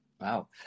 Wow